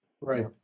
Right